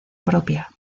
propia